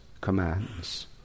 commands